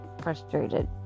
frustrated